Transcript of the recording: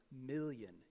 million